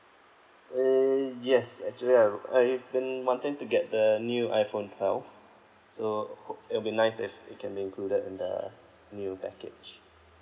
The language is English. err yes actually I'm I have been wanting to get the new iphone twelve so hope it will be nice if you can be included in the new package